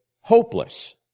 hopeless